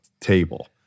table